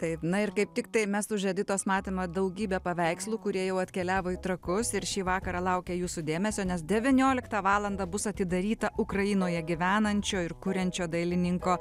taip na ir kaip tiktai mes už editos matymą daugybę paveikslų kurie jau atkeliavo į trakus ir šį vakarą laukia jūsų dėmesio nes devynioliktą valandą bus atidaryta ukrainoje gyvenančio ir kuriančio dailininko